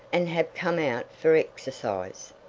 and have come out for exercise.